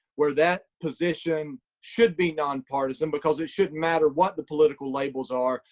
where that position should be non-partisan, because it shouldn't matter what the political labels are.